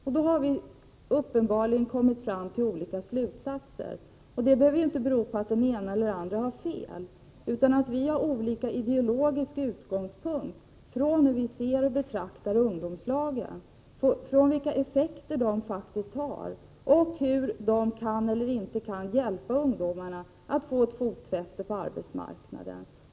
Vi har uppenbarligen kommit fram till olika slutsatser. Det behöver inte bero på att den ena eller andra har fel, utan det beror på att vi har olika ideologiska utgångspunkter när vi betraktar ungdomslagen och ser på vilka effekter dessa faktiskt har, hur de kan eller inte kan hjälpa ungdomarna att få ett fotfäste på arbetsmarknaden.